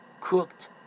cooked